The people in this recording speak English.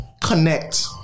connect